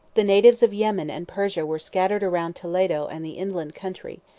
the natives of yemen and persia were scattered round toledo and the inland country,